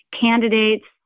candidates